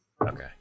Okay